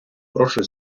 прошу